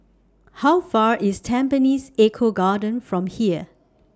How Far IS Tampines Eco Garden from here